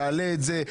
תעלה את זה,